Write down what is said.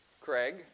Craig